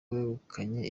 wegukanye